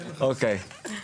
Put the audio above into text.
אוקי,